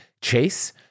Chase